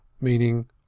meaning